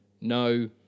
no